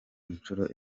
inshuro